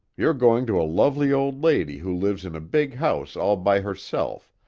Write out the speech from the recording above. you're going to a lovely old lady who lives in a big house all by herself,